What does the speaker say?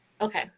Okay